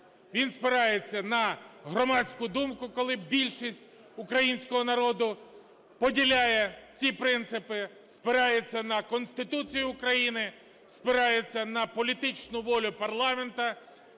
він спирається на громадську думку, коли більшість українського народу поділяє ці принципи, спирається на Конституцію України, спирається на політичну волю парламенту,